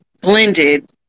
blended